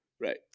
right